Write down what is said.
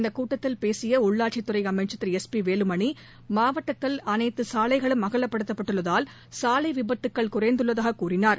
இந்தக் கூட்டத்தில் பேசிய உள்ளாட்சித்துறை அமைச்சர் திரு எஸ் பி வேலுமணி மாவட்டத்தில் அனைத்து சாலைகளும் அகலப்படுத்தப்பட்டுள்ளதால் சாலை விபத்துக்கள் குறைந்துள்ளதாக கூறினார்